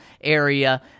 area